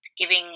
giving